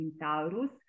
Taurus